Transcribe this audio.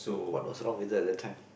what's was wrong with that that time